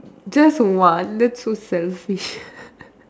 just one that's so selfish